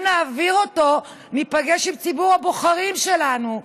אם נעביר אותו, ניפגש עם ציבור הבוחרים שלנו,